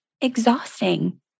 exhausting